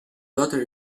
daughter